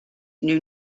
knew